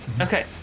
Okay